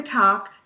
Talk